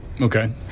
Okay